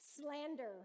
Slander